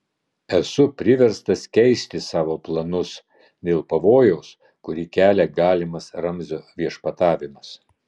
esu priverstas keisti savo planus dėl pavojaus kurį kelia galimas ramzio viešpatavimas